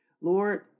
Lord